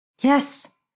Yes